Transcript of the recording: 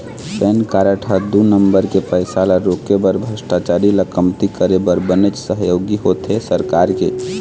PAN card ह दू number के पइसा ल रोके बर भस्टाचारी ल कमती करे बर बनेच सहयोगी होथे सरकार के